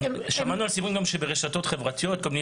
שמענו גם שברשתות חברתיות כל מיני